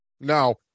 Now